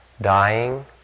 dying